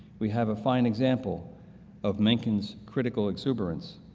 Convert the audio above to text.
we have a fine example of menckin's critical exuberance.